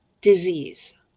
disease